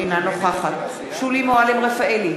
אינה נוכחת שולי מועלם-רפאלי,